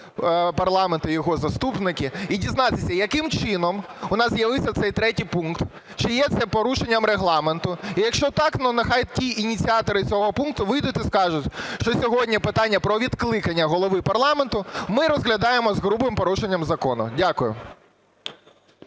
парламенту і його заступники, і дізнатися, яким чином у нас з'явився цей третій пункт? Чи є це порушенням Регламенту? І якщо так, нехай ті ініціатори цього пункту вийдуть і скажіть, що сьогодні питання про відкликання Голови парламенту ми розглядаємо з грубим порушенням закону. Дякую.